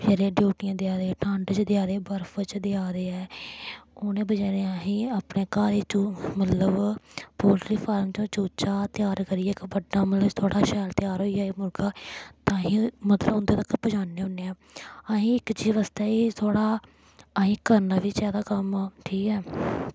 बचैरे ड्यूटियां देआ दे ठंड च देआ दे बर्फ च देआ दे ऐ उ'नें बचैरे अहें गी अपने घर चों मतलब पोल्ट्री फार्म चो चूचा त्यार करियै इक बड्डा मतलब थोह्ड़ा शैल त्यार होई जाए मुर्गा तां आहीं मतलब उं'दे तक्कर पजान्ने होन्ने आं आहीं इक च रस्ते च थोह्ड़ा आही करना बी चाहिदा कम्म ठीक ऐ